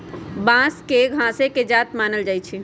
बांस के घासे के जात मानल जाइ छइ